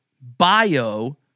bio